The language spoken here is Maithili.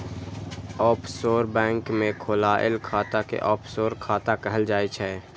ऑफसोर बैंक मे खोलाएल खाता कें ऑफसोर खाता कहल जाइ छै